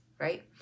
right